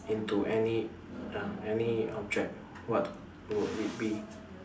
into any uh any object what would it be